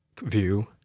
view